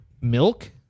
milk